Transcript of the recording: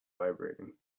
vibrating